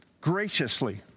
graciously